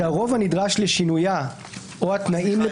ש"הרוב הנדרש לשינויה או התנאים" --- סליחה,